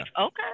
Okay